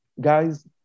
guys